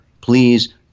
please